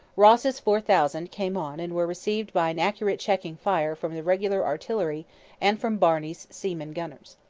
ross's four thousand came on and were received by an accurate checking fire from the regular artillery and from barney's seamen gunners.